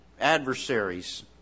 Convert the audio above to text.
adversaries